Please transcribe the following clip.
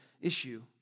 issue